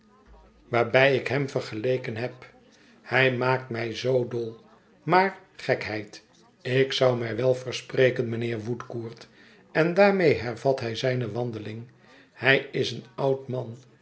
waarbij ik hern vergeleken heb hij maakt mij zoo dol maar gekheid ik zou mij wel verspreken mijnheer woodcourt en daarmede hervat hij zijne wandeling hij is een oud man